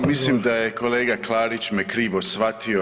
Mislim da je kolega Klarić me krivo shvatio.